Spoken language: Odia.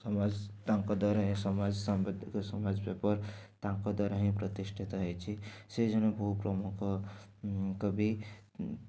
ସମାଜ ତାଙ୍କ ଦ୍ୱାରା ଏ ସମାଜ ସାମ୍ବଦିକ ସମାଜ ପେପର ତାଙ୍କ ଦ୍ୱାରା ହିଁ ପ୍ରତିଷ୍ଠିତ ହେଇଛି ସେ ଜଣେ ବହୁତ ପ୍ରମୁଖ କବି